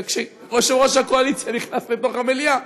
וכשיושב-ראש הקואליציה נכנס לתוך המליאה,